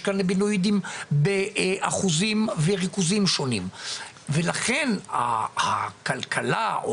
יש קנבנויידים באחוזים ובריכוזים שונים ולכן הכלכלה או